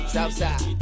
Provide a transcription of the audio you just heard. Southside